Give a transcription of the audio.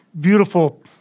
beautiful